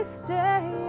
stay